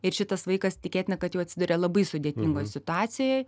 ir šitas vaikas tikėtina kad jau atsiduria labai sudėtingoj situacijoj